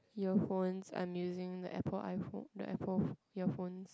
earphones I'm using the Apple iphone the Apple earphones